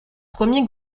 premier